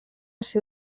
ser